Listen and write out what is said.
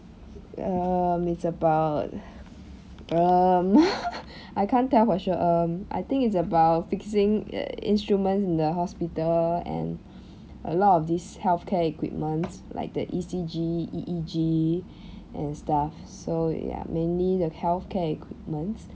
um it's about um I can't tell for sure um I think it's about fixing err instruments in the hospital and a lot of this healthcare equipment like the E_C_G E_E_G and stuff so ya mainly the healthcare equipment